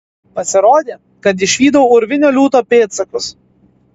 pasirodė kad išvydau urvinio liūto pėdsakus